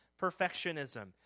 perfectionism